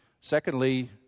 Secondly